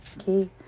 okay